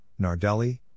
Nardelli